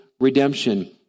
redemption